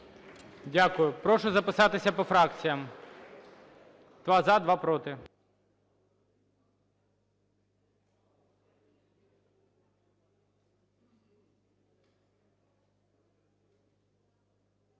Дякую. Прошу записатись по фракціям: